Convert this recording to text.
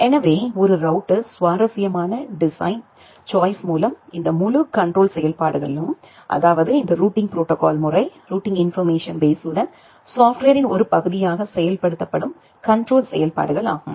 எனவே ஒரு ரௌட்டர்ஸ் சுவாரஸ்யமான டிசைன் சாய்ஸ்யின் மூலம் இந்த முழு கண்ட்ரோல் செயல்பாடுகளும் அதாவது இந்த ரூட்டிங் ப்ரோடோகால் முறை ரூட்டிங் இன்போர்மேஷன் பேஸ்யுடன் சாப்ட்வேர்ரின் ஒரு பகுதியாக செயல்படுத்தப்படும் கண்ட்ரோல் செயல்பாடுகள் ஆகும்